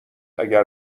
اگر